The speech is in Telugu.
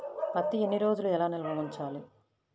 పత్తి ఎన్ని రోజులు ఎలా నిల్వ ఉంచాలి?